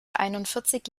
einundvierzig